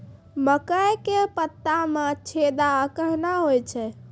मकई के पत्ता मे छेदा कहना हु छ?